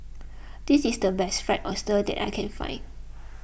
this is the best Fried Oyster that I can find